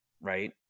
right-